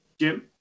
Jim